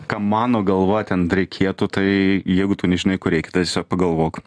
ką mano galva ten reikėtų tai jeigu tu nežinai ko reikia tai tiesiog pagalvok